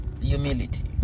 humility